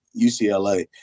UCLA